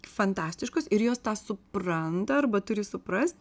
fantastiškos ir jos tą supranta arba turi suprast